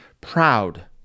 proud